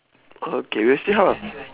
okay we'll see how lah